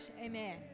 Amen